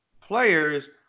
players